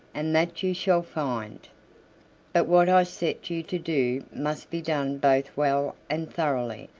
and that you shall find. but what i set you to do must be done both well and thoroughly,